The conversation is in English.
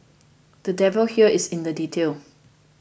the devil here is in the detail